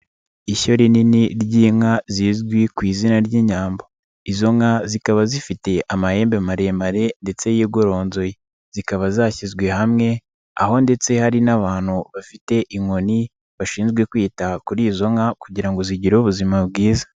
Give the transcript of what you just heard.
Ishyo rinini ry'inka zizwi ku izina ry'inyambo, izo nka zikaba zifite amahembe maremare ndetse yigoronzoye, zikaba zashyizwe hamwe aho ndetse hari n'abantu bafite inkoni bashinzwe kwita kuri izo nka kugira ngo zigire ubuzima bwiza.